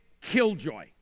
killjoy